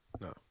No